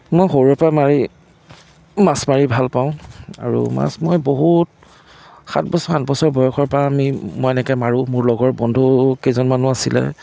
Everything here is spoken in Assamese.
মই সৰুৰেপৰা মাৰি মাছ মাৰি ভাল পাওঁ আৰু মাছ মই বহুত সাত বছৰ আঠ বছৰ বয়সৰ পৰা আমি মই এনেকে মাৰোঁ মোৰ লগৰ বন্ধু কেইজনমানো আছিলে